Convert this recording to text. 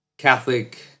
Catholic